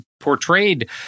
portrayed